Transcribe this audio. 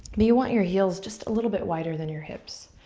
but you want your heels just a little bit wider than your hips.